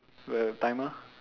with a timer